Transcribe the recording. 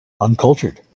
Uncultured